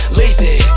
lazy